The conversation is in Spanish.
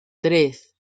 tres